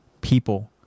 people